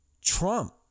Trump